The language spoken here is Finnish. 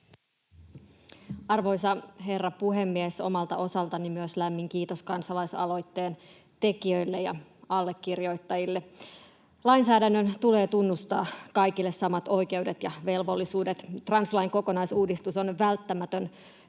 Arvoisa herra puhemies! Myös omalta osaltani lämmin kiitos kansalaisaloitteen tekijöille ja allekirjoittajille. Lainsäädännön tulee tunnustaa kaikille samat oikeudet ja velvollisuudet. Translain kokonaisuudistus on välttämätön